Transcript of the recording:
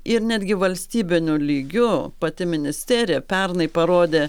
ir netgi valstybiniu lygiu pati ministerija pernai parodė